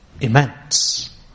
immense